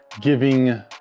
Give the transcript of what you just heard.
giving